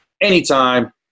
anytime